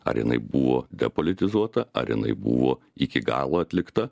ar jinai buvo depolitizuota ar jinai buvo iki galo atlikta